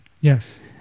Yes